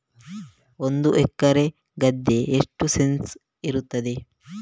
ಒಂದು ಎಕರೆ ಗದ್ದೆ ಎಷ್ಟು ಸೆಂಟ್ಸ್ ಇರುತ್ತದೆ?